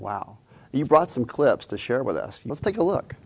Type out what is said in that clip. wow you brought some clips to share with us let's take a look